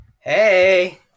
Hey